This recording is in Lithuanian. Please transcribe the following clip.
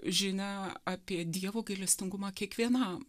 žinią apie dievo gailestingumą kiekvienam